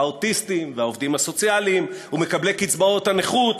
האוטיסטים והעובדים הסוציאליים ומקבלי קצבאות הנכות,